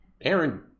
Aaron